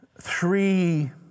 three